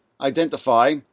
identify